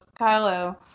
Kylo